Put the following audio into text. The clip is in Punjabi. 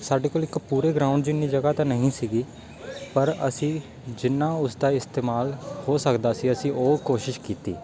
ਸਾਡੇ ਕੋਲ ਇੱਕ ਪੂਰੇ ਗਰਾਊਂਡ ਜਿੰਨੀ ਜਗ੍ਹਾ ਤਾਂ ਨਹੀਂ ਸੀਗੀ ਪਰ ਅਸੀਂ ਜਿੰਨਾ ਉਸ ਦਾ ਇਸਤੇਮਾਲ ਹੋ ਸਕਦਾ ਸੀ ਅਸੀਂ ਉਹ ਕੋਸ਼ਿਸ਼ ਕੀਤੀ